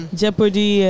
jeopardy